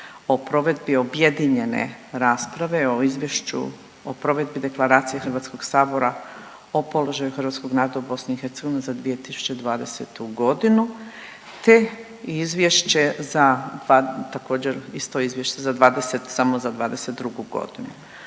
o provedbi objedinjene rasprave o Izvješću o provedbi Deklaracije Hrvatskog sabora o položaju hrvatskog naroda u BiH za 2020. te izvješće za, također isto izvješće za 20 samo